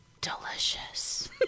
Delicious